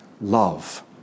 love